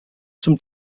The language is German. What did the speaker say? zum